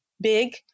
big